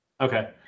Okay